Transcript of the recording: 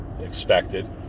expected